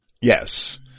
Yes